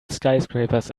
skyscrapers